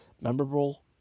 memorable